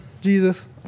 Jesus